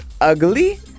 ugly